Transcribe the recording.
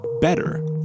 better